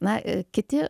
na kiti